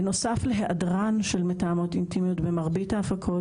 בנוסף להעדרן של מתאמות אינטימיות במרבית ההפקות,